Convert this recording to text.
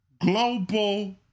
global